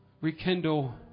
rekindle